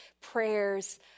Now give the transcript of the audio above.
prayers